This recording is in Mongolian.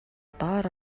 доор